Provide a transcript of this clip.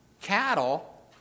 cattle